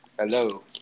Hello